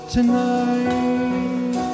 Tonight